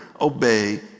obey